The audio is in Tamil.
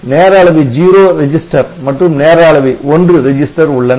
நேர அளவி 0 ரெஜிஸ்டர் மற்றும் நேர அளவி 1 ரெஜிஸ்டர் உள்ளன